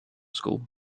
school